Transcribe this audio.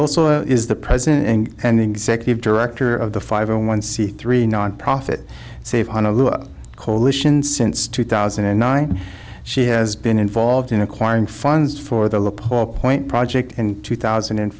also is the president and executive director of the five hundred one c three nonprofit save honolulu coalition since two thousand and nine she has been involved in acquiring funds for the loophole point project in two thousand and